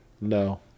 No